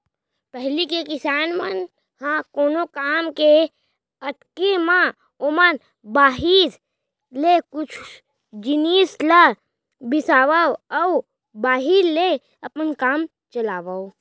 पहिली के किसान मन ह कोनो काम के अटके म ओमन बाहिर ले कुछ जिनिस ल बिसावय अउ बाहिर ले अपन काम चलावयँ